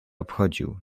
obchodził